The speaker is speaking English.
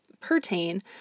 pertain